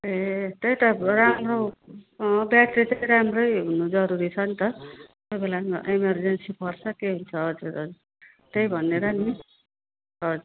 ए त्यही त राम्रो अँ ब्याट्री चाहिँ राम्रै हुनु जरुरी छ नि त कोही बेला एमरजेन्सी पर्छ त्यही त हजुर हजुर त्यही भनेर नि हजुर